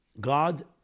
God